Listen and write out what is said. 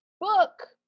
book